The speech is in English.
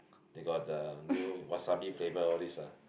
they got the new wasabi flavor all these lah